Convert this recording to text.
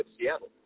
Seattle